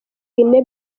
guinea